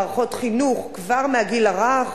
מערכות חינוך כבר מהגיל הרך,